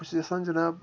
بہٕ چھُس یژھان جِناب